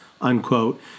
unquote